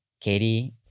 Katie